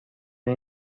این